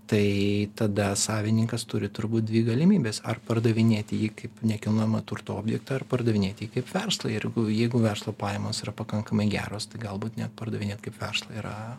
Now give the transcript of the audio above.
tai tada savininkas turi turbūt dvi galimybes ar pardavinėti jį kaip nekilnojamo turto objektą ar pardavinėt jį kaip verslą ir jeigu verslo pajamos yra pakankamai geros tai galbūt net pardavinėt kaip verslą yra